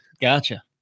gotcha